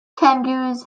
kangaroos